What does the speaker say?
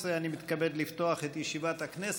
מתכבד לפתוח את ישיבת הכנסת.